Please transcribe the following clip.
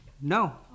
No